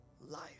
life